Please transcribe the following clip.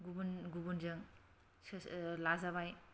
गुबुन गुबुनजों लाजाबाय